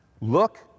Look